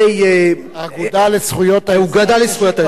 האגודה לזכויות האזרח, האגודה לזכויות האזרח.